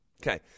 Okay